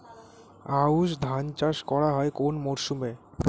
আউশ ধান চাষ করা হয় কোন মরশুমে?